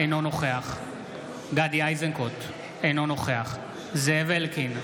אינו נוכח גדי איזנקוט, אינו נוכח זאב אלקין,